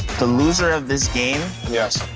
the loser of this game yes.